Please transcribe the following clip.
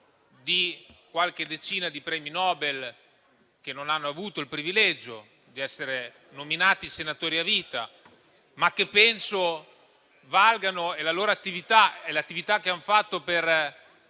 di qualche decina di premi Nobel che non hanno avuto il privilegio di essere nominati senatori a vita, ma che penso valgano, come penso valgano la loro attività e ciò che hanno fatto per